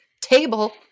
table –